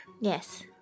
Yes